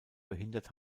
behindert